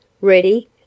Ready